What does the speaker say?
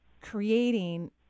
creating